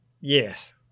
Yes